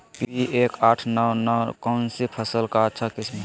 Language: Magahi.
पी एक आठ नौ नौ कौन सी फसल का अच्छा किस्म हैं?